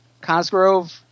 Cosgrove